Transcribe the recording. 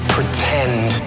Pretend